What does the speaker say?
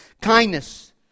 Kindness